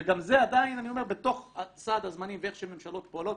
וגם זה עדיין אני אומר בתוך סד הזמנים ואיך שהממשלות פועלות,